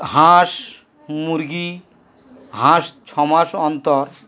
হাঁস মুরগি হাঁস ছ মাস অন্তর